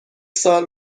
سال